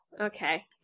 Okay